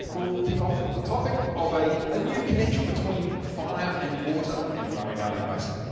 will kick off the topic of a ah new connection between fire and water in the murray darling basin.